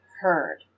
heard